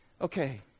okay